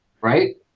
Right